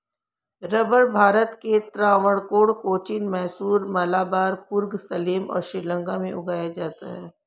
रबड़ भारत के त्रावणकोर, कोचीन, मैसूर, मलाबार, कुर्ग, सलेम और श्रीलंका में उगाया जाता है